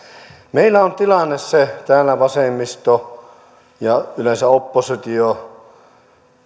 meillä on tilanne se täällä vasemmisto ja yleensä oppositio